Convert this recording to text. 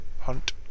hunt